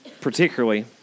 particularly